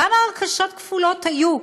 כמה הרכשות כפולות היו?